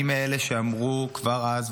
אני מאלה שאמרו כבר אז,